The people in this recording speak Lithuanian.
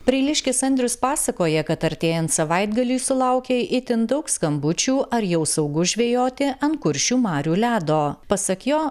preiliškis andrius pasakoja kad artėjant savaitgaliui sulaukė itin daug skambučių ar jau saugu žvejoti ant kuršių marių ledo pasak jo